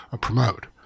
promote